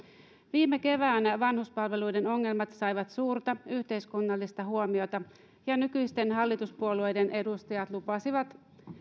viime keväänä vanhuspalveluiden ongelmat saivat suurta yhteiskunnallista huomiota ja nykyisten hallituspuolueiden edustajat lupasivat